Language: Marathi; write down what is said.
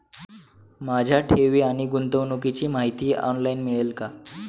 माझ्या ठेवी आणि गुंतवणुकीची माहिती ऑनलाइन मिळेल का?